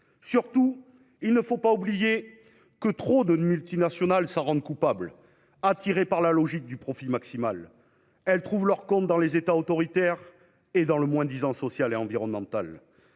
Surtout, il ne faut pas oublier que trop de multinationales s'en rendent coupables. Attirées par la logique du profit maximal, elles trouvent leur compte dans les États autoritaires et dans le moins-disant social et environnemental.